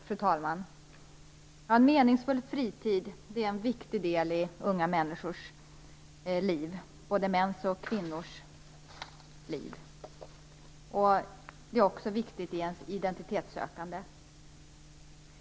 Fru talman! En meningsfull fritid är en viktig del i unga människors liv - i både mäns och kvinnors liv. Det är också viktigt i ens identitetssökande.